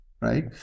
right